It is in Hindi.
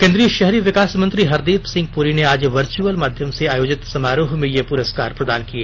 केन्द्री य शहरी विकास मंत्री हरदीप सिंह पुरी ने आज वर्च्यअल माध्य्म से आयोजित समारोह में ये पुरस्कार प्रदान किए